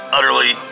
Utterly